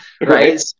Right